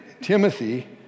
Timothy